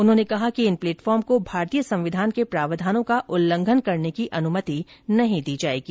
उन्होंने कहा कि इन प्लेटफार्म को भारतीय संविधान के प्रावधानों का उल्लंघन करने की अनुमति नहीं दी जायेंगी